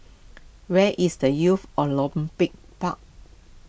where is the Youth Olympic Park